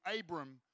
Abram